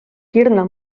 kirna